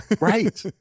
right